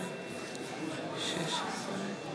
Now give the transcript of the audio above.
להמשך ההצבעות.